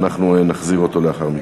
ואנחנו נחזיר אותו לאחר מכן.